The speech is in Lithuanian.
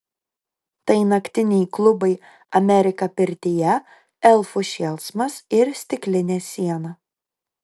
tai naktiniai klubai amerika pirtyje elfų šėlsmas ir stiklinė siena